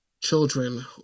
children